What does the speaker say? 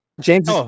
James